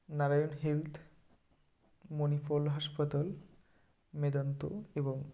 Narayan health Manipal হাসপাতাল মেদান্ত এবং